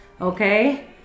okay